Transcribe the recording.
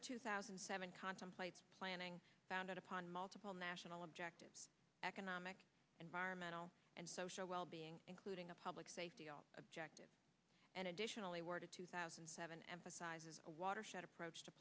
two thousand and seven contemplates planning founded upon multiple national objectives economic environmental and social wellbeing including a public safety objective and additionally word two thousand and seven emphasizes a watershed approach to